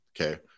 okay